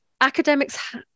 academics